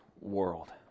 world